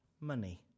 money